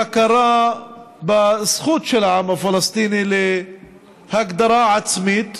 להכרה בזכות של העם הפלסטיני להגדרה עצמית,